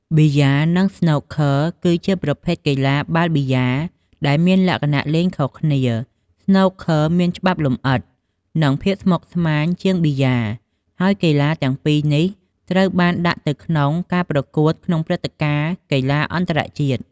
ប៊ីយ៉ា និងស្នូកឃឺគឺជាប្រភេទកីឡាបាល់ប៊ីយ៉ាលដែលមានលក្ខណៈលេងខុសគ្នា ស្នូកឃឺមានច្បាប់លម្អិត និងភាពស្មុគស្មាញជាងប៊ីយ៉ា ហើយកីឡាទាំងពីរនេះត្រូវបានដាក់ទៅក្នុងការប្រកួតក្នុងព្រឹត្តិការណ៍កីឡាអន្តរជាតិ។